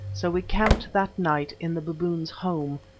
so we camped that night in the baboons' home,